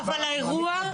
אבל האירוע,